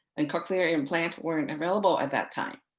and cochlear implant weren't available at that time.